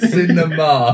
Cinema